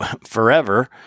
forever